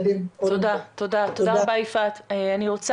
שלהם ללימודים כיום שמח ויום שההורים